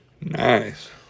Nice